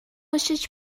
уншиж